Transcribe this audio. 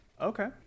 Okay